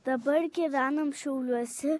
dabar gyvenam šiauliuose